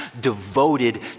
devoted